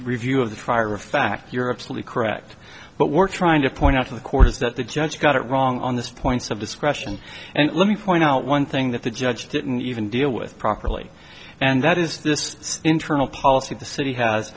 review of the trier of fact you're absolutely correct but we're trying to point out to the court is that the judge got it wrong on this points of discretion and let me point out one thing that the judge didn't even deal with properly and that is this internal policy the city has